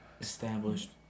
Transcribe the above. Established